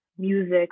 music